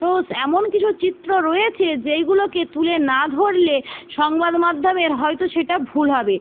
ও এমন কিছু চিত্র রয়েছে যেইগুলোকে তুলে না ধরলে সংবাদমাধ্যমের হয়তো সেটা ভুল হবে